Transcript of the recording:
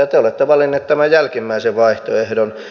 ja te olette valinneet tämän jälkimmäisen vaihtoehdon